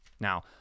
Now